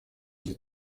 для